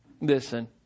listen